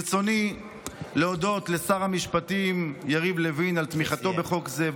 ברצוני להודות לשר המשפטים יריב לוין על תמיכתו בחוק זה,